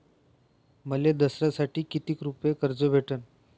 मले दसऱ्यासाठी कितीक रुपये कर्ज भेटन?